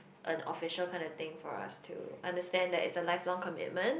a an official kind of thing for us to understand that it's a lifelong commitment